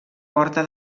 porta